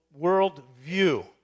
worldview